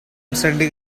sending